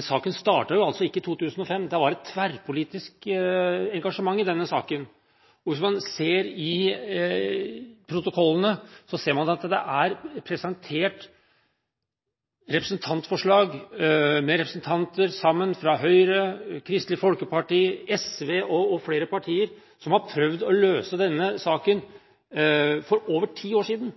Saken startet ikke i 2005. Da var det tverrpolitisk engasjement i denne saken. Hvis man ser i protokollene, ser man at det er presentert representantforslag med representanter fra Høyre, Kristelig Folkeparti, SV og flere partier sammen som har prøvd å løse denne saken for over ti år siden.